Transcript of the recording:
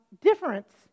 difference